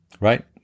right